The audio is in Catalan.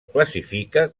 classifica